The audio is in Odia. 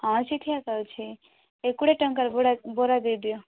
ହଁ ସିଇଠି ଏକା ଅଛି ଏ କୁଡ଼େ ଟଙ୍କାର ବଡ଼ା ବରା ଦେଇଦିଅ